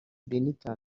benitha